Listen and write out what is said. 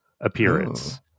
appearance